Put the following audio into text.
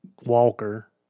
walker